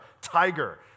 tiger